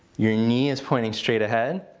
your knee is pointing straight ahead.